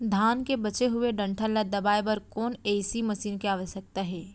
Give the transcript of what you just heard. धान के बचे हुए डंठल ल दबाये बर कोन एसई मशीन के आवश्यकता हे?